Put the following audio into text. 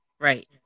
Right